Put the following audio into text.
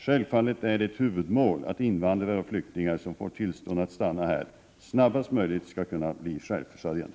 Självfallet är det ett huvudmål att invandrare och flyktingar som får tillstånd att stanna här snarast möjligt skall kunna bli självförsörjande.